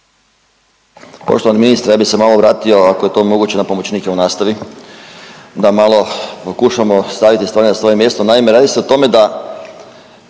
Poštovani ministre, ja bih se malo vratio ako je to moguće na pomoćnike u nastavi, da malo pokušamo staviti stvari na svoje mjesto. Naime, radi se o tome da